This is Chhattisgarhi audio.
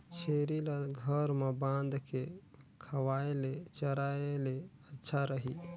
छेरी ल घर म बांध के खवाय ले चराय ले अच्छा रही?